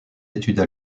études